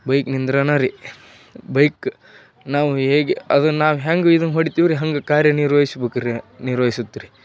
ಬೈಕ್ನಿಂದ್ರನಾರಿ bike ನಾವು ಹೇಗೆ ಅದನ್ನು ನಾವು ಹ್ಯಾಂಗೆ ಇದನ್ನು ಹೊಡಿತೀವ್ರಿ ಹಂಗೆ ಕಾರ್ಯನಿರ್ವಹಿಸ್ಬೇಕ್ರಿ ನಿರ್ವಹಿಸುತ್ರಿ